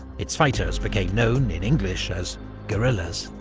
its fighters became known, in english, as guerrillas.